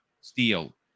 steel